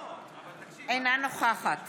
אינה נוכחת